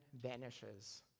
vanishes